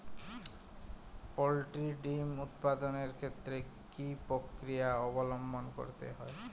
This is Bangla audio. পোল্ট্রি ডিম উৎপাদনের ক্ষেত্রে কি পক্রিয়া অবলম্বন করতে হয়?